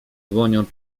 dłonią